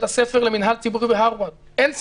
הספר למינהל ציבורי בהרווארד אין ספק,